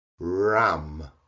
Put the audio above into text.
RAM